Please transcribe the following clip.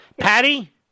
Patty